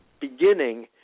beginning